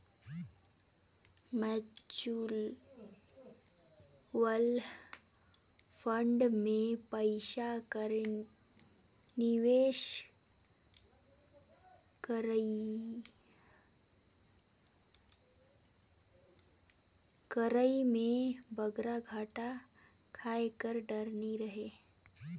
mutual fund में पइसा कर निवेस करई में बगरा घाटा खाए कर डर नी रहें